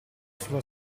sulla